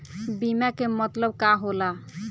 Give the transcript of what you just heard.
बीमा के मतलब का होला?